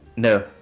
No